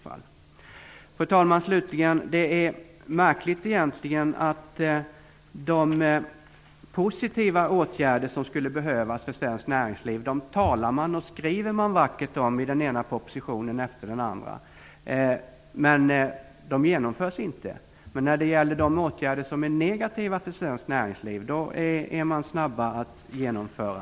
Fru talman! Man talar och skriver vackert om de positiva åtgärder som skulle behövas för svenskt näringsliv i den ena propositionen efter den andra, men det är märkligt att de inte genomförs. De åtgärder som är negativa för svenskt näringsliv är man snabbare att genomföra.